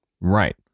Right